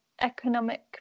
economic